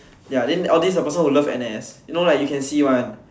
ya then all this the person who love N_S you know like you can see [one]